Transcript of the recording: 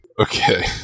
Okay